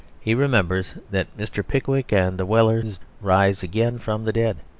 he remembers that mr. pickwick and the wellers rise again from the dead.